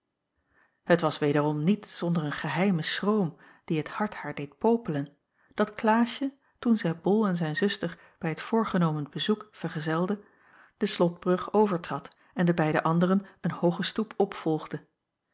het was wederom niet zonder een geheimen schroom die t hart haar deed popelen dat klaasje toen zij bol en zijn zuster bij het voorgenomen bezoek vergezelde de slotbrug overtrad en de beide anderen een hooge stoep op volgde